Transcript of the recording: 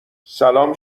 سلام